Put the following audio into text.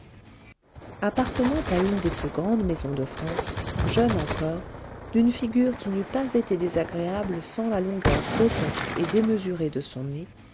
appartenant à une des plus grandes maisons de france jeune encore d'une figure qui n'eût pas été désagréable sans la longueur grotesque et démesurée de son nez